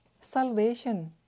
salvation